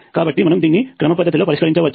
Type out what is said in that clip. కాబట్టి మనం దీన్ని క్రమపద్ధతిలో పరిష్కరించవచ్చు